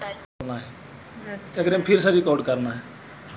कृषि के योग्य उपजाऊ भूमि के कृषिभूमि कहल जा हई